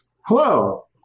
Hello